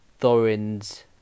Thorin's